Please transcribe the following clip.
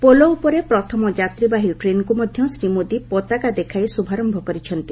ପୋଲ ଉପରେ ପ୍ରଥମ ଯାତ୍ରୀ ବାହି ଟ୍ରେନ୍କୁ ମଧ୍ୟ ଶ୍ରୀ ମୋଦି ପତାକା ଦେଖାଇ ଶୁଭାରମ୍ଭ କରିଛନ୍ତି